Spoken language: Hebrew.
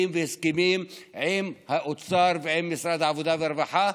והסכמים עם האוצר ועם משרד העבודה והרווחה,